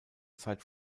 zeit